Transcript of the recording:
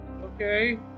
okay